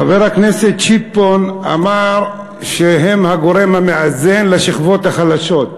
חבר הכנסת שטבון אמר שהם הגורם המאזן לשכבות החלשות,